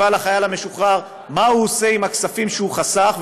לחייל המשוחרר מה הוא עושה עם הכספים שהוא חסך,